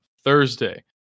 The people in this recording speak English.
Thursday